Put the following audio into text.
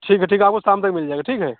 ठीक है ठीक है आपको शाम तक मिल जाएगा ठीक है